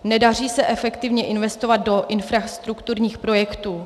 Nedaří se efektivně investovat do infrastrukturních projektů.